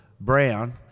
Brown